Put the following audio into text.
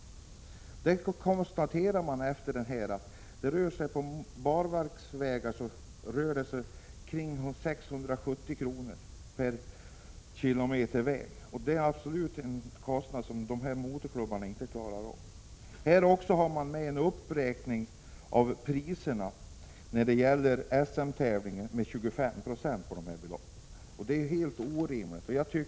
Där konstateras det att för barmarksvägar rör sig kostnaderna om ca 670 kr. per kilometer väg. Det är en kostnad som dessa motorklubbar absolut inte klarar av. Man har också gjort en uppräkning av priserna med 25 20 på dessa belopp när det gäller SM-tävlingar. Det är helt orimligt.